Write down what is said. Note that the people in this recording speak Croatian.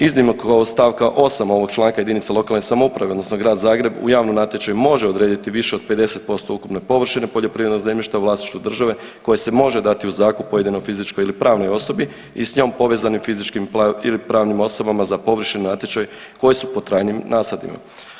Iznimno od stavaka 8. ovog članka jedinica lokalne samouprave odnosno Grad Zagreb u javnom natječaju može odrediti više od 50% ukupne površine poljoprivrednog zemljišta u vlasništvu države koje se može dati u zakup pojedinoj fizičkoj ili pravnoj osobi i s njom povezanim fizičkim ili pravnim osobama za … koje su pod trajnim nasadima.